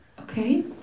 Okay